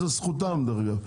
זו זכותם דרך אגב,